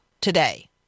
today